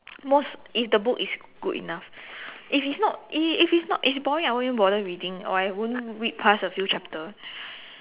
most if the book is good enough if it's not if if it's not if it's boring I won't even bother reading or I won't read past a few chapter